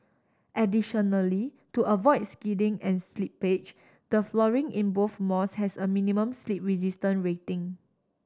additionally to avoid skidding and slippage the flooring in both malls has a minimum slip resistance rating